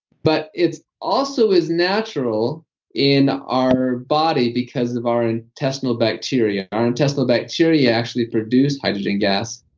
but, it also is natural in our body, because of our and intestinal bacteria. our intestinal bacteria actually produce hydrogen gas,